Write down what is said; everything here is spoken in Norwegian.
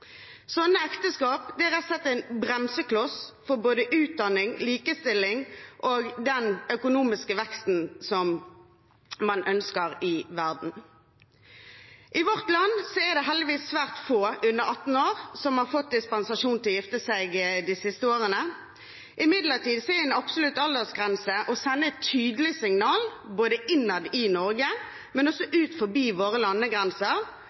ekteskap er rett og slett en bremsekloss for både utdanning, likestilling og den økonomiske veksten som man ønsker i verden. I vårt land er det heldigvis svært få under 18 år som de siste årene har fått dispensasjon til å gifte seg. Imidlertid er det å ha en absolutt aldersgrense å sende et tydelig signal både innad i Norge og også utover våre landegrenser